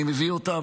אני מביא אותה,